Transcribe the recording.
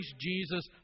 Jesus